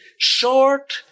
short